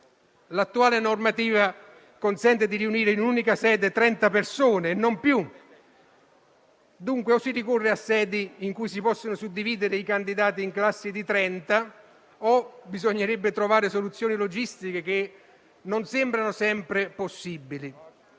L'attuale normativa consente di riunire in un'unica sede non più di 30 persone e dunque o si ricorre a sedi in cui si possano suddividere i candidati in classi di 30 o bisognerebbe trovare soluzioni logistiche, che non sembrano sempre attuabili.